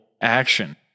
action